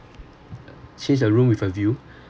change a room with a view